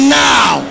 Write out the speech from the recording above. now